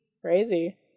crazy